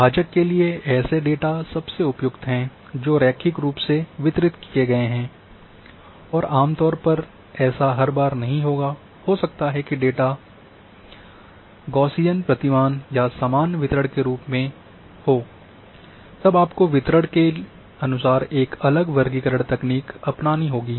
विभाजक के लिए ऐसे डेटा सबसे उपयुक्त हैं जो रैखिक रूप से वितरित किए गए हैं और आमतौर पर ऐसा हर बार नहीं होगा हो सकता है कि डेटा सकता है गॉसियन प्रतिमान या सामान्य वितरण के रूप में हो सकता है तब आपको वितरण के अनुसार एक अलग वर्गीकरण तकनीक अपनानी होगी